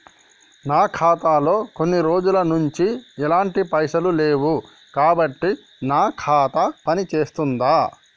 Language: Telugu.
నా ఖాతా లో కొన్ని రోజుల నుంచి ఎలాంటి పైసలు లేవు కాబట్టి నా ఖాతా పని చేస్తుందా?